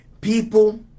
People